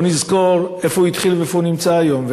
בוא נזכור איפה הוא התחיל ואיפה הוא נמצא היום.